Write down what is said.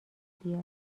بیاد